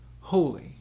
Holy